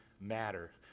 matter